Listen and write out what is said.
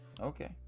Okay